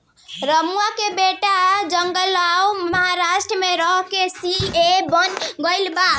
रमुआ के बेटा जलगांव महाराष्ट्र में रह के सी.ए बन गईल बा बैंक में